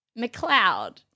McLeod